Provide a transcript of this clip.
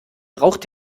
braucht